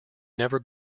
never